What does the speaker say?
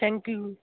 thank you